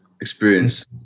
experience